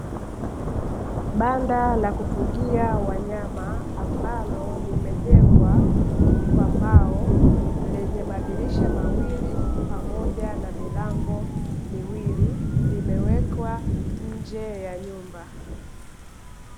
Banda la kufugia wanyama ambalo limejengwa kwa mbao lenye madirisha mawili pamoja na milango miwili, limewekwa nje ya nyumba.